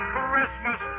Christmas